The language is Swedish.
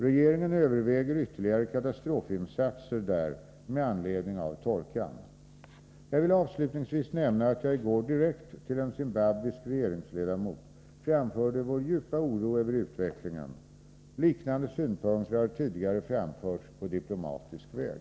Regeringen överväger ytterligare katastrofinsatser där med anledning av torkan. Jag vill avslutningsvis nämna att jag i går direkt till en zimbabwisk regeringsledamot framförde vår djupa oro över utvecklingen. Liknande synpunkter har tidigare framförts på diplomatisk väg.